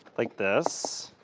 like this.